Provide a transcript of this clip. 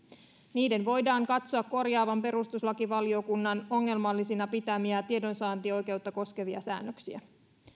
niiden voidaan katsoa korjaavan perustuslakivaliokunnan ongelmallisina pitämiä tiedonsaantioikeutta koskevia säännöksiä